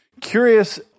curious